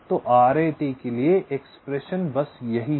तो RAT के लिए एक्सप्रेशन बस यही है